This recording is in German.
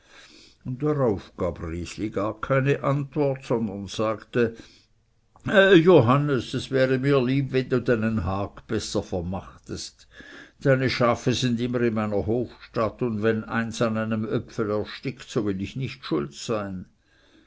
darauf gab resli gar keine antwort sondern sagte johannes es wäre mir lieb wenn du deinen hag besser vermachtest deine schafe sind immer in meiner hofstatt und wenn eins an einem öpfel erstickt so will ich nicht schuld sein